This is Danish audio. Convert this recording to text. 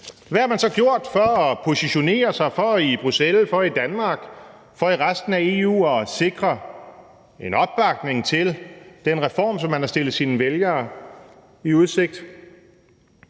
Hvad har man så gjort for at positionere sig for i Bruxelles, i Danmark og i resten af EU at sikre en opbakning til den reform, som man har stillet sine vælgere i udsigt?